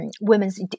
women's